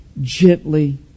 gently